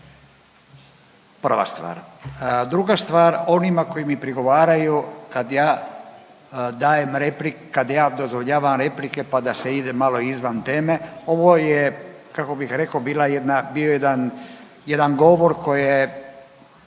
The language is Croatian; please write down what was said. prva stvar. Druga stvar onima koji mi prigovaraju kad ja dajem repliku, kad ja dozvoljavam replike pa da se ide malo izvan teme, ovo je kako bih rekao bila jedna, bio jedan,